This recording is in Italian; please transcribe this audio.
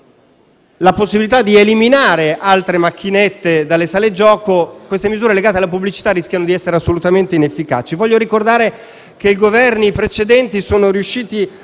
la possibilità di eliminare altre macchinette dalle sale gioco, queste misure legate alla pubblicità rischiano di essere assolutamente inefficaci. Voglio ricordare che i Governi precedenti sono riusciti a